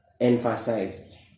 emphasized